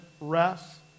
rest